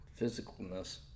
physicalness